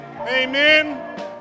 Amen